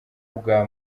bwa